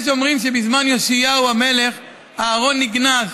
יש אומרים שבזמן יאשיהו המלך הארון נגנז.